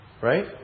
right